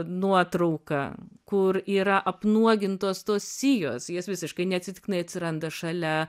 nuotrauka kur yra apnuogintos tos sijos jas visiškai neatsitiktinai atsiranda šalia